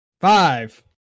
Five